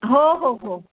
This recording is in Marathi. हो हो हो